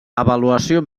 avaluació